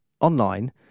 online